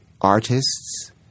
Artists